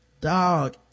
Dog